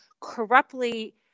corruptly